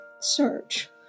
search